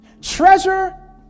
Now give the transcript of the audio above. Treasure